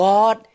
God